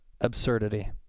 absurdity